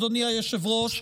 אדוני היושב-ראש,